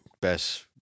Best